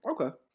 Okay